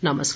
नमस्कार